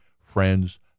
friends